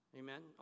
amen